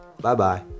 Bye-bye